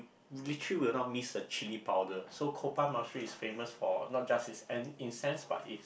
literally will not miss the chilli powder so monastery is famous for not just it's in the sense but it's